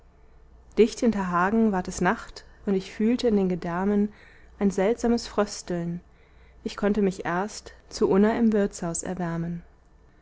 dicht hinter hagen ward es nacht und ich fühlte in den gedärmen ein seltsames frösteln ich konnte mich erst zu unna im wirtshaus erwärmen